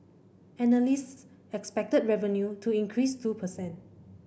analysts expected revenue to increase two percent